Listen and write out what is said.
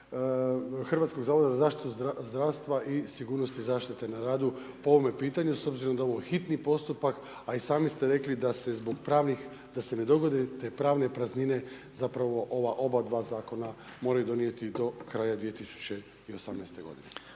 Hrvatskog zavoda za zaštitu zdravstva i sigurnosti zaštite na radu po ovome pitanju, s obzirom da je ovo hitni postupak, a i sami ste rekli da se zbog pravnih, da se ne dogode te pravne praznine zapravo ova obadva zakona moraju donijeti do kraja 2018. godine.